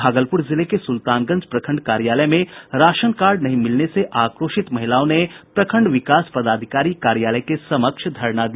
भागलपुर जिले के सुल्तानगंज प्रखंड कार्यालय में राशन कार्ड नहीं मिलने से आक्रोशित महिलाओं ने प्रखंड विकास पदाधिकारी कार्यालय के समक्ष धरना दिया